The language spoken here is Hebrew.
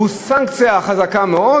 והוא סנקציה חזקה מאוד,